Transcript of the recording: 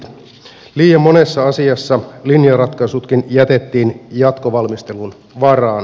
liian monessa asiassa linjaratkaisutkin jätettiin jatkovalmistelun varaan